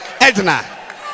Edna